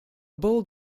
bold